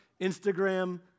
Instagram